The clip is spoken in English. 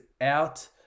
out